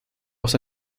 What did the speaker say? was